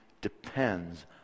depends